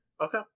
okay